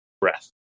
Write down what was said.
breath